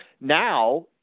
Now